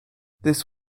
this